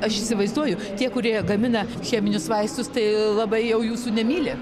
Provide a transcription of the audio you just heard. aš įsivaizduoju tie kurie gamina cheminius vaistus tai labai jau jūsų nemyli